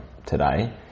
today